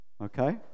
Okay